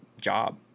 job